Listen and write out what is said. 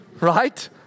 right